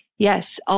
Yes